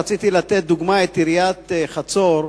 רציתי לתת לדוגמה את עיריית חצור,